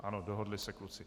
Ano, dohodli se kluci.